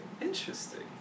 Interesting